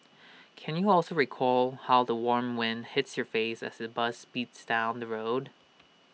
can you also recall how the warm wind hits your face as the bus speeds down the road